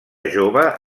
jove